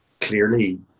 clearly